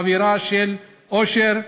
באווירה של אושר,